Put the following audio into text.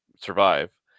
survive